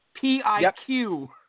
P-I-Q